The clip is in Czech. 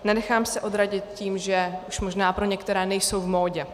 Nenechám se odradit tím, že už možná pro některé nejsou v módě.